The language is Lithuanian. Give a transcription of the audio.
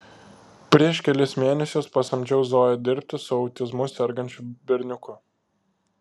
prieš kelis mėnesius pasamdžiau zoją dirbti su autizmu sergančiu berniuku